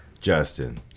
Justin